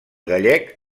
gallec